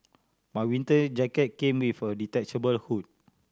my winter jacket came with a detachable hood